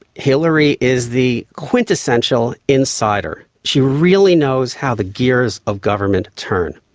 hillary is the quintessential insider. she really knows how the gears of government turn.